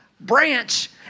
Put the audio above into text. branch